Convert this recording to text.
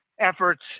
efforts